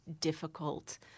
difficult